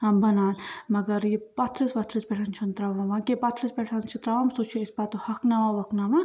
ٲں بَنان مگر یہِ پتھرِس وۄتھرِس پٮ۪ٹھ چھِنہٕ ترٛاوان وۄنۍ کیٚنٛہہ پتھرِس پٮ۪ٹھ چھِ ترٚاوان سُہ چھِ أسۍ پتہٕ ہۄکھناوان وۄکھناوان